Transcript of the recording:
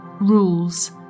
rules